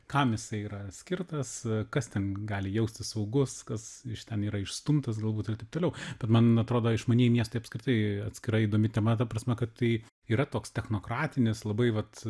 kam jisai yra skirtas kas ten gali jaustis saugus kas iš ten yra išstumtas galbūt ir taip toliau bet man atrodo išmanieji miestai apskritai atskira įdomi tema ta prasme kad tai yra toks technokratinis labai vat